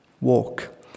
walk